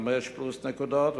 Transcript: פלוס 5 נקודות,